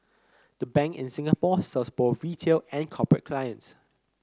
the Bank in Singapore serves both retail and corporate clients